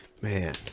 Man